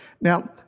Now